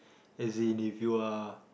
as in if you are